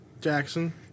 Jackson